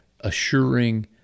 assuring